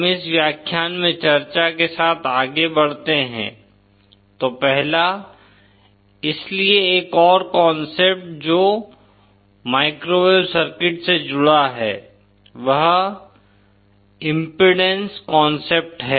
हम इस व्याख्यान में चर्चा के साथ आगे बढ़ते है तो पहला इसलिए एक और कांसेप्ट जो माइक्रोवेव सर्किट से जुड़ा है वह इम्पीडेन्स कांसेप्ट है